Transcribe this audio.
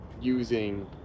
using